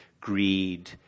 greed